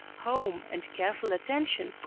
home and careful attention,